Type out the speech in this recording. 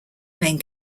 main